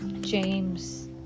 James